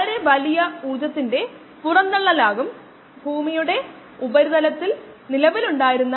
ജലത്തിന്റെ ഇൻപുട്ട് നിരക്ക് നിങ്ങൾക്കറിയാമെങ്കിൽഇത് നിറയാൻ എടുക്കുന്ന സമയം നമുക്ക് എളുപ്പത്തിൽ കണ്ടുപിടിക്കാം